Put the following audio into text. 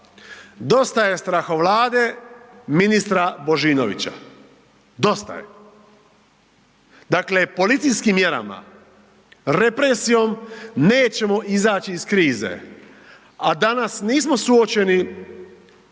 Dosta je strahovlade ministra Božinovića. Dosta je. Dakle, policijskim mjerama, represijom, nećemo izaći iz krize. A danas nismo suočeni